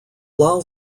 lal